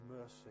mercy